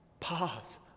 Pause